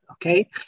Okay